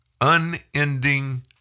unending